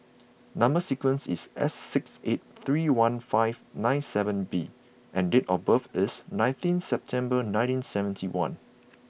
number sequence is S six eight three one five nine seven B and date of birth is nineteenth September nineteen seventy one